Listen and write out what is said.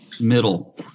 middle